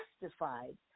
justified